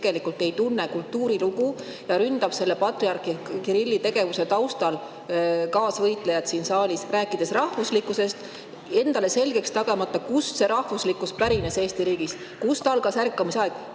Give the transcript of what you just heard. kes tegelikult ei tunne kultuurilugu ja ründab patriarh Kirilli tegevuse taustal kaasvõitlejaid siin saalis, rääkides rahvuslikkusest, endale selgeks tegemata, kust see rahvuslikkus Eesti riigis pärineb. Kust algas ärkamisaeg?